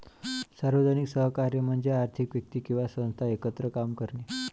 सार्वजनिक सहकार्य म्हणजे अधिक व्यक्ती किंवा संस्था एकत्र काम करणे